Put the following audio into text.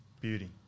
Beauty